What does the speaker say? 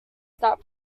that